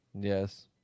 yes